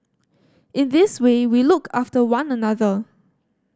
in this way we look after one another